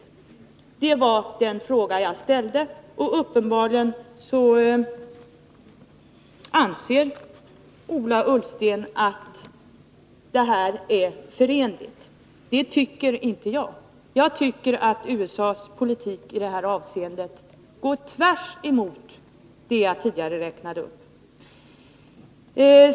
Uppenbarligen anser Ola Ullsten att USA:s politik och denna princip är förenliga. Det tycker inte jag. Jag tycker att USA:s politik i det här avseendet går tvärtemot det som omfattas av principen och som jag tidigare räknade upp.